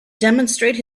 demonstrate